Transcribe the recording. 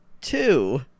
Two